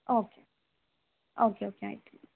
okay okay okay ಆಯ್ತು